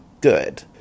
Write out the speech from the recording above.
good